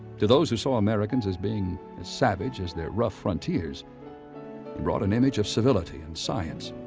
to those who saw americans as being as savage as their rough frontiers, he brought an image of civility and science.